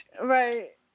Right